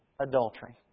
adultery